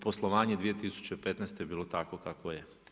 Poslovanje 2015. je bilo takvo kakvo je.